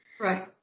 Right